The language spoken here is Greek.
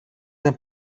δεν